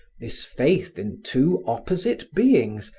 this faith in two opposite beings,